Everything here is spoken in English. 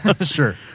Sure